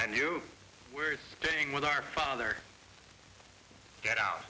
and you were saying with our father get out